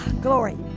glory